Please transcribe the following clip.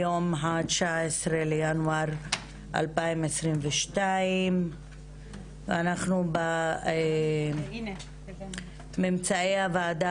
היום ה-19 בינואר 2022. אנחנו בממצאי הוועדה